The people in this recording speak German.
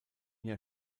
jahr